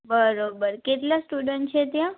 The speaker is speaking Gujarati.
બરાબર કેટલા સ્ટુડન્ટ છે ત્યાં